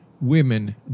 women